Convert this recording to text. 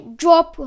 drop